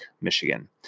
Michigan